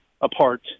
apart